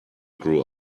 grew